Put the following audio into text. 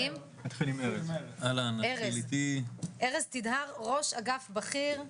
ארז, ארז תדהר, ראש אגף בכיר,